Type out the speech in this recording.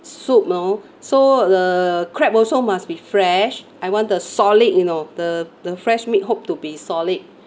soup you know so the crab also must be fresh I want the solid you know the the fresh meat hope to be solid